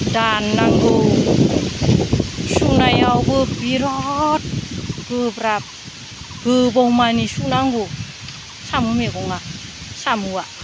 दाननांगौ संनायावबो बिरात गोब्राब गोबावमानि सुनांगौ साम' मैगङा साम'आ